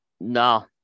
No